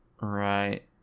Right